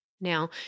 Now